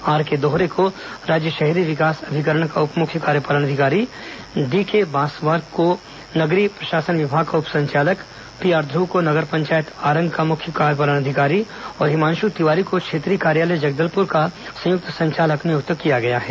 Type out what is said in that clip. R K Dohare को राज्य शहरी विकास अभिकरण का उप मुख्य कार्यपालन अधिकारी डीके बांसवार को नगरीय प्रशासन विभाग का उप संचालक पीआर ध्र्व को नगर पंचायत आरंग का मुख्य कार्यपालन अधिकारी और हिमांशु तिवारी को क्षेत्रीय कार्यालय जगदलपुर का संयुक्त संचालक नियुक्त किया गया है